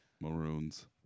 Maroons